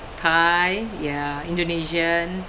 thai ya indonesian